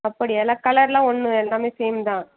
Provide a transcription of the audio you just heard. அப்படியா எல்லா கலரெலாம் ஒன்று எல்லாமே சேம் தான்